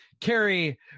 Carrie